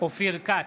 אופיר כץ,